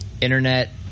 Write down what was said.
internet